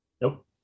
Nope